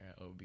OB